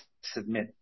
submit